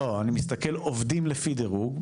לא, אני מסתכלים על עובדים לפי דירוג.